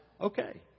okay